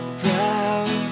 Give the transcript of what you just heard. proud